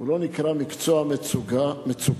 לא נקראת מקצוע במצוקה.